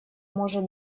может